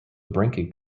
breaking